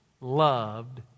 loved